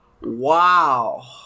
Wow